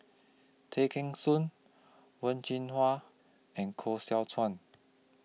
Tay Kheng Soon Wen Jinhua and Koh Seow Chuan